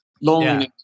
loneliness